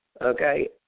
Okay